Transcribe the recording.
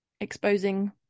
exposing